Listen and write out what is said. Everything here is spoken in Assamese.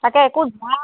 তাকে একো যোৱা